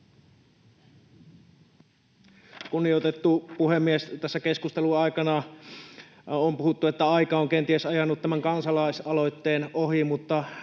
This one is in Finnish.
Kunnioitettu puhemies! Tässä keskustelun aikana on puhuttu, että aika on kenties ajanut tämän kansalaisaloitteen ohi, mutta